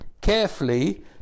carefully